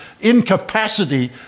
incapacity